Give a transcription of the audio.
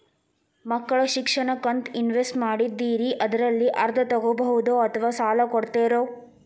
ಮಕ್ಕಳ ಶಿಕ್ಷಣಕ್ಕಂತ ಇನ್ವೆಸ್ಟ್ ಮಾಡಿದ್ದಿರಿ ಅದರಲ್ಲಿ ಅರ್ಧ ತೊಗೋಬಹುದೊ ಅಥವಾ ಸಾಲ ಕೊಡ್ತೇರೊ?